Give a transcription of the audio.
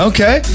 Okay